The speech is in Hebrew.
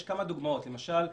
יש כמה דוגמאות: למשל,